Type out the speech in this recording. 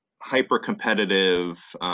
hyper-competitive